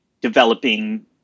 developing